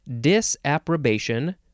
Disapprobation